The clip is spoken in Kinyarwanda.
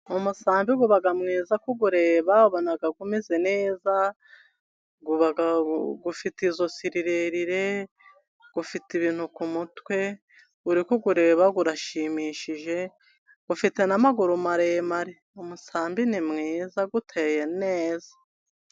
Umusambi uba mwiza kuwureba ubona umeze neza, ufite ijosi rirerire, ufite ibintu ku mutwe, uri kuwureba urashimishije ufite n'amaguru maremare. Umusambi ni mwiza uteye neza.